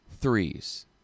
threes